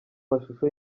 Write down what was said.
mashusho